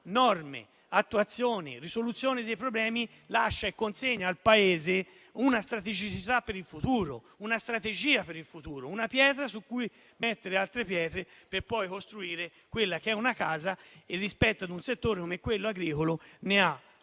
norme, attuazioni e risoluzioni dei problemi, consegna al Paese una strategia per il futuro, una pietra su cui mettere altre pietre per poi costruire una casa per un settore come quello agricolo che